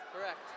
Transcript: Correct